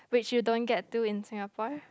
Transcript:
which you don't get to in Singapore